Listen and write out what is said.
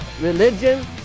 religion